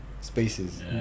spaces